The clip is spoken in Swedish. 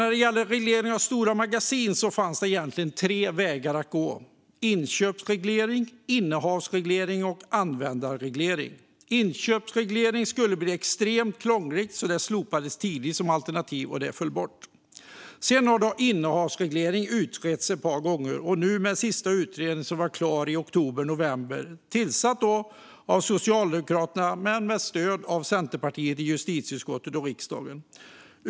När det gäller reglering av stora magasin fanns det egentligen tre vägar att gå: inköpsreglering, innehavsreglering och användarreglering. Inköpsreglering skulle bli extremt krångligt, så det slopades tidigt som alternativ och föll bort. Innehavsreglering har utretts ett par gånger, nu senast av en utredning som var tillsatt av Socialdemokraterna med stöd av Centerpartiet i justitieutskottet och riksdagen och som var klar i oktober november.